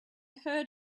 heard